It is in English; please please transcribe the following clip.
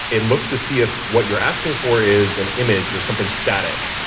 it looks to see if what you're asking for is an image or something static,